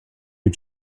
you